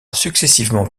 successivement